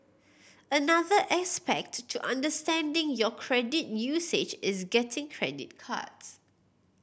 another aspect to understanding your credit usage is getting credit cards